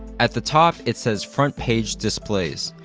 at the top it says front page displays,